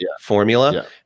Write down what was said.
formula